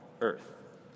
earth